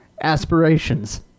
aspirations